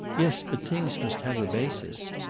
yes, but things must have a basis.